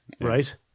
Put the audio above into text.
right